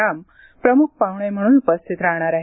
राम प्रमुख पाहुणे म्हणून उपस्थित राहणार आहेत